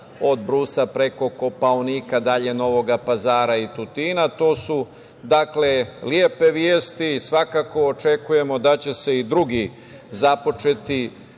od Brusa, preko Kopaonika, Novog Pazara i Tutina. To su dakle, lepe vesti, svakako očekujemo da će se i drugi započeti,